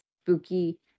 spooky